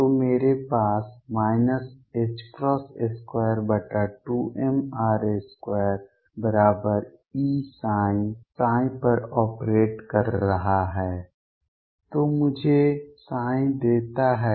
तो मेरे पास 22mr2 बराबर E पर ऑपरेट कर रहा है जो मुझे देता है